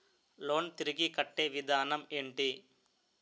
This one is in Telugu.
లోన్ తిరిగి కట్టే విధానం ఎంటి?